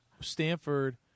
Stanford